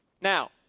Now